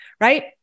right